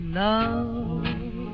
love